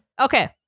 okay